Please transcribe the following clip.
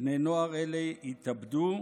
בני נוער אלה יתאבדו,